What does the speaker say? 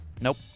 Nope